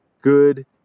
good